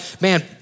man